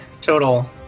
total